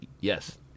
yes